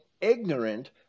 ignorant